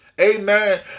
Amen